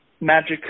magic